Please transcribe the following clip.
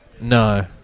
no